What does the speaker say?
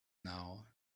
now